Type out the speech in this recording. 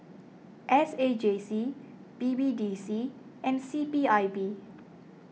S A J C B B D C and C P I B